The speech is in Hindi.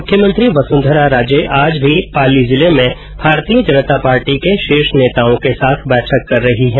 मुख्यमंत्री वसुंधरा राजे आज भी पाली जिले में भारतीय जनता पार्टी के शीर्ष नेताओं के साथ बैठक कर रही है